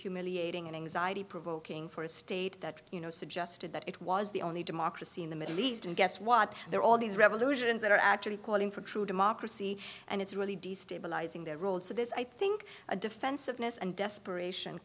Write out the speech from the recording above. humiliating and anxiety provoking for a state that you know suggested that it was the only democracy in the middle east and guess what there are all these revolutions that are actually calling for true democracy and it's really destabilizing their role so this i think a defensiveness and desperation